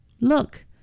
Look